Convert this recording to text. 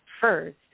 first